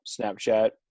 Snapchat